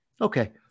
Okay